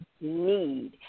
need